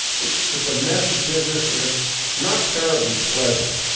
it's it's a messy business and it's not terribly pleasant.